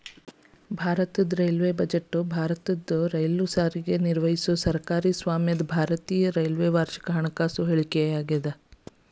ಭಾರತದ railway budget ಭಾರತದ ರೈಲು ಸಾರಿಗೆ ನಿರ್ವಹಿಸೊ ಸರ್ಕಾರಿ ಸ್ವಾಮ್ಯದ ಭಾರತೇಯ ರೈಲ್ವೆ ವಾರ್ಷಿಕ ಹಣಕಾಸು ಹೇಳಿಕೆಯಾಗ್ಯಾದ